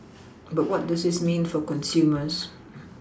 but what does this mean for consumers